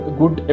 good